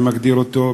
אני מגדיר אותו,